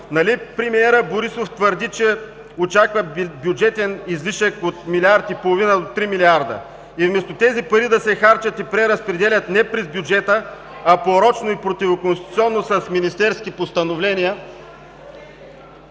Нали премиерът Борисов твърди, че очаква бюджетен излишък от 1,5 млрд. лв. до 3 млрд. лв. и вместо тези пари да се харчат и преразпределят не през бюджета, а порочно и противоконституционно – с министерски постановления?…